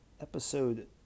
episode